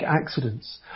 accidents